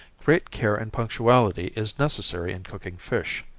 great care and punctuality is necessary in cooking fish.